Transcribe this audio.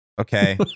Okay